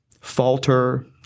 falter